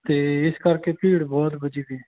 ਅਤੇ ਇਸ ਕਰਕੇ ਭੀੜ ਬਹੁਤ ਵਧੀ ਪਈ